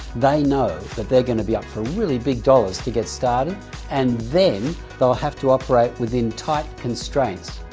they know that they're going to be up for really big dollars to get started and then they'll have to operate within tight constraints.